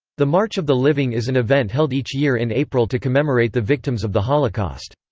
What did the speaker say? the march of the living is an event held each year in april to commemorate the victims of the holocaust.